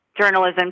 journalism